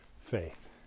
faith